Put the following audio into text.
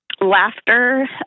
laughter